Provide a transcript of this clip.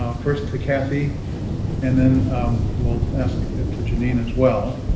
um first to kathy and then we'll ask it to janine as well.